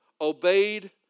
obeyed